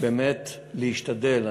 באמת להשתדל,